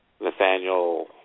Nathaniel